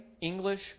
English